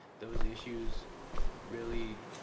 those issues really,